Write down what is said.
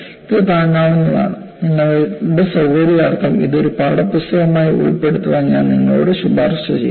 ഇത് താങ്ങാനാവുന്നതാണ് നിങ്ങളുടെ സൌകര്യാർത്ഥം ഇത് ഒരു പാഠപുസ്തകമായി ഉൾപ്പെടുത്താൻ ഞാൻ നിങ്ങളോട് ശുപാർശചെയ്യുന്നു